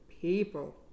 people